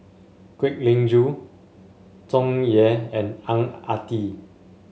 Kwek Leng Joo Tsung Yeh and Ang Ah Tee